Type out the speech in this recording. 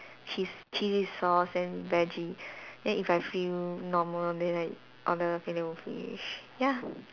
cheese chili sauce then veggie then if I feel normal then I order Filet-O-Fish ya